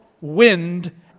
wind